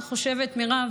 מירב,